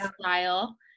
style